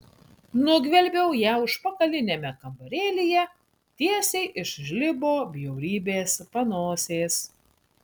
nugvelbiau ją užpakaliniame kambarėlyje tiesiai iš žlibo bjaurybės panosės